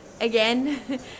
again